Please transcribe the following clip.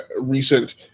recent